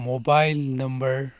mobile number